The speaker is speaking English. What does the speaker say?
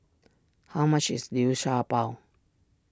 how much is Liu Sha Bao